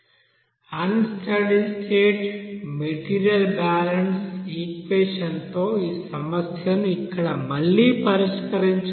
అన్ study state material balance equation తో ఈ సమస్యను ఇక్కడ మళ్ళీ పరిష్కరించుకుందాం